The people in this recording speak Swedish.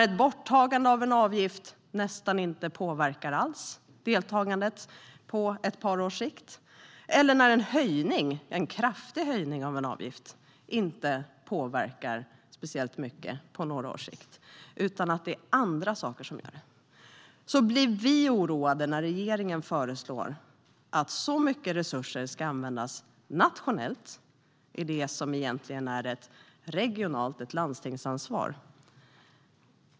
Ett borttagande av en avgift påverkar nästan inte deltagandet alls på ett par års sikt, och en kraftig höjning av en avgift påverkar inte speciellt mycket på några års sikt. Därför blir vi oroade när regeringen föreslår att så mycket resurser ska användas nationellt till det som egentligen är ett regionalt ansvar - ett landstingsansvar.